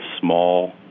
small